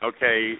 Okay